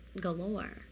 Galore